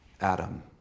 Adam